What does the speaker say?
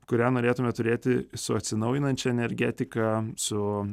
kurią norėtume turėti su atsinaujinančia energetika su